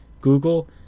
Google